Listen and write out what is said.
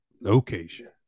location